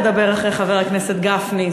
לדבר אחרי חבר הכנסת גפני,